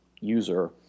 user